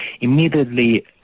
immediately